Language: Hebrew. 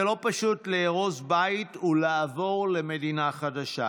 זה לא פשוט לארוז בית ולעבור למדינה חדשה,